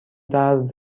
درد